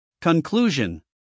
Conclusion